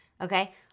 Okay